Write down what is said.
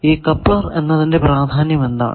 ഈ കപ്ലർ എന്നതിന്റെ പ്രാധാന്യം എന്താണ്